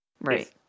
Right